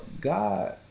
God